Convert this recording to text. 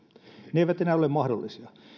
ne eivät enää ole mahdollisia